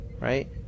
Right